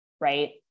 right